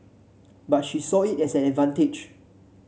but she saw it as an advantage